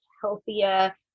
healthier